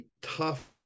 tough